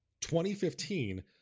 2015